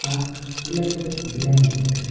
اَکھ electric blanket